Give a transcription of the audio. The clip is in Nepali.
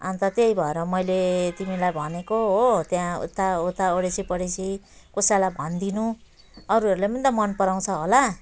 अन्त त्यही भएर मैले तिमीलाई भनेको हो त्यहाँ उता उता ओडेसी पडोसी कसैलाई भनिदिनु अरूहरूलाई त मन पराउँछ होला